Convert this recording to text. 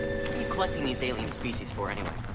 collecting these alien species for anyway?